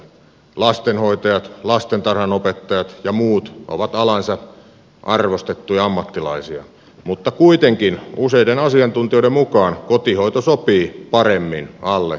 lastenhoitajat lastentarhanopettajat ja muut ovat alansa arvostettuja ammattilaisia mutta kuitenkin useiden asiantuntijoiden mukaan kotihoito sopii paremmin alle kolmivuotiaille